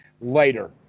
later